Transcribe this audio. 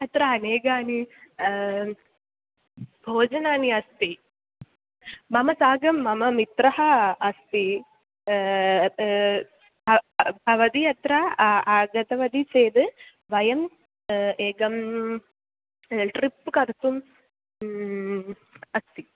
अत्र अनेकानि भोजनानि अस्ति मम साकं मम मित्रम् अस्ति भवती अत्र आगतवती चेद् वयम् एकं ट्रिप् कर्तुम् अस्ति